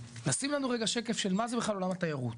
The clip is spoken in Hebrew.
לשים לנו רגע שקף של מה זה בכלל עולם התיירות.